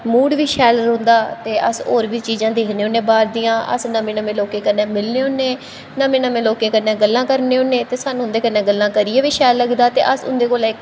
मूड़ बी शैल रौंह्दा ते अस होर बी चीज़ां दिक्खने होन्ने बाह्र दियां अस नमें नमें लोकें कन्नै मिलने होन्ने नमें नमें लोकें कन्नै गल्लां करने होन्ने ते सानूं उं'दे कन्नै गल्लां करियै बी शैल लगदा ते अस उं'दे कोला इक